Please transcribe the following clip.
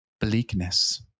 bleakness